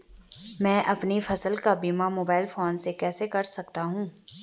मैं अपनी फसल का बीमा मोबाइल फोन से कैसे कर सकता हूँ?